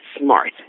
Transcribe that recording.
smart